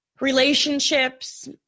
relationships